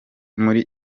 muri